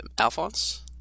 Alphonse